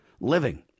living